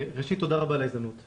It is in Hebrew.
ראשית, תודה רבה על ההזדמנות.